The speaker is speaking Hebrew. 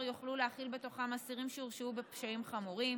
יוכלו להכיל אסירים שהורשעו בפשעים חמורים.